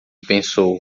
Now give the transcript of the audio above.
pensou